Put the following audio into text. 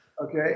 Okay